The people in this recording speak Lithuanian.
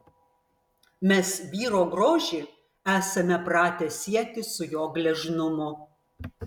mes vyro grožį esame pratę sieti su jo gležnumu